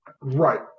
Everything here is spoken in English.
right